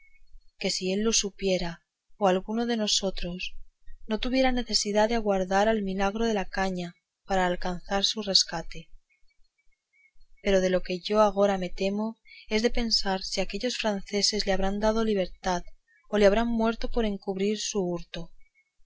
él lo supiera o alguno de nosotros no tuviera necesidad de aguardar al milagro de la caña para alcanzar su rescate pero de lo que yo agora me temo es de pensar si aquellos franceses le habrán dado libertad o le habrán muerto por encubrir su hurto